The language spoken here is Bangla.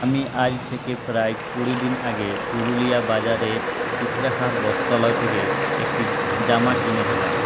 আমি আজ থেকে প্রায় কুড়ি দিন আগে পুরুলিয়া বাজারের চিত্রাহার বস্ত্রালয় থেকে একটি জামা কিনেছিলাম